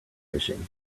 fishing